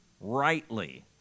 rightly